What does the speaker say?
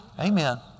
Amen